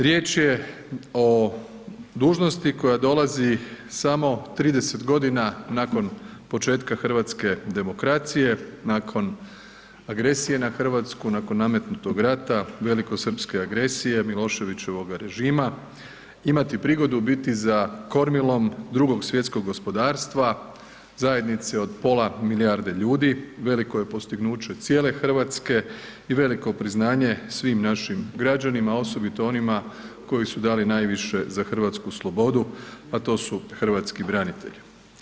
Riječ je o dužnosti koja dolazi samo 30.g. nakon početka hrvatske demokracije, nakon agresije na RH, nakon nametnutog rata velikosrpske agresije Miloševićevoga režima imati prigodu biti za kormilom drugog svjetskog gospodarstva, zajednice od pola milijarde ljudi, veliko je postignuće cijele RH i veliko priznanje svim našim građanima, osobito onima koji su dali najviše za hrvatsku slobodu, a to su hrvatski branitelji.